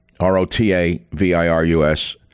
R-O-T-A-V-I-R-U-S